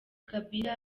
kabila